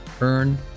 Earn